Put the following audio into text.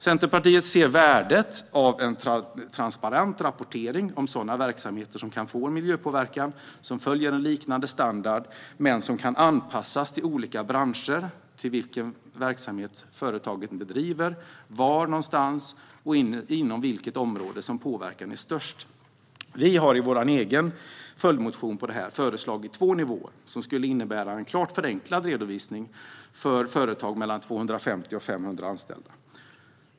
Centerpartiet ser värdet av en transparent rapportering om sådana verksamheter som kan ha en miljöpåverkan. Rapporteringen ska följa en liknande standard men kunna anpassas till olika branscher, till vilken verksamhet företaget bedriver och till var någonstans och inom vilket område påverkan är som störst. Vi har i vår egen följdmotion föreslagit två nivåer, vilket skulle innebära en klart förenklad redovisning för företag med mellan 250 och 500 anställda.